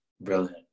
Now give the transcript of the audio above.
Brilliant